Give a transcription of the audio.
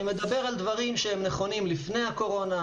אני מדבר על דברים שהם נכונים לפני הקורונה,